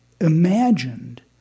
imagined